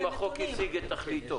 האם החוק השיג את תכליתו?